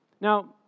Now